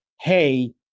Hey